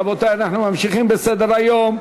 רבותי, אנחנו ממשיכים בסדר-היום.